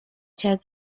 cyabo